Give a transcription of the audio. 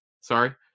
Sorry